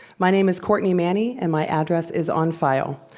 my name is courtney manny, and my address is on file.